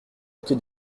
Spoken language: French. queue